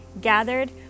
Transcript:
gathered